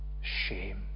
Shame